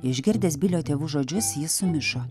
išgirdęs bilio tėvų žodžius jis sumišo